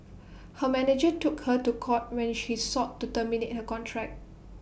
her manager took her to court when she sought to terminate her contract